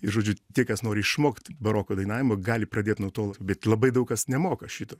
ir žodžiu tie kas nori išmokt baroko dainavimo gali pradėt nuo to bet labai daug kas nemoka šito